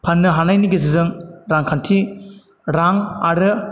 फाननो हानायनि गेजेरजों रांखान्थि रां आरो